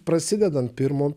prasidedant pirmu